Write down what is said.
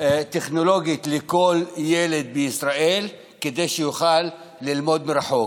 טכנולוגית לכל ילד בישראל כדי שיוכל ללמוד מרחוק.